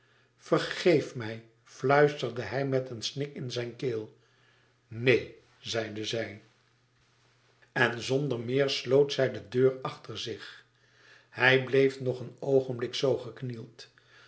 vergeef mij fluisterde hij met een snik in zijn keel neen zeide zij en zonder meer sloot zij de deur achter zich hij bleef nog een oogenblik zoo geknield